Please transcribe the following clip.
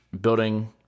building